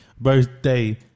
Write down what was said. Birthday